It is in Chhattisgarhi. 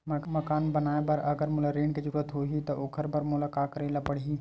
मकान बनाये बर अगर मोला ऋण के जरूरत होही त ओखर बर मोला का करे ल पड़हि?